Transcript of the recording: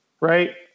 right